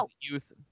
youth